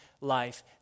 life